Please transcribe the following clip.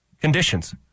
conditions